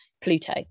Pluto